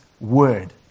word